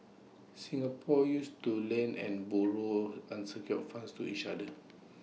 Singapore use to lend and borrow unsecured funds to each other